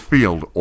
Field